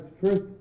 first